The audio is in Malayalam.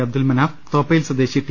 അബ്ദുൽ മനാഫ് തോപ്പയിൽ സ്ദേശി ടി